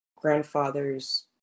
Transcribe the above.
grandfather's